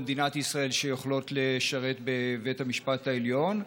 במדינת ישראל שיכולות לשרת בבית המשפט העליון?